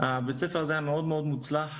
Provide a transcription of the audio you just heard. בית הספר הזה היה מאוד מאוד מוצלח.